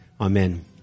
Amen